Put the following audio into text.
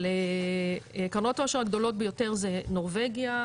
אבל קרנות העושר הגדולות ביותר זה נורבגיה,